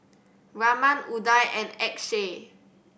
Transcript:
Raman Udai and Akshay